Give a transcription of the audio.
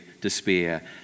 despair